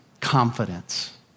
confidence